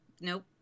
nope